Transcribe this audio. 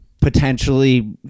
potentially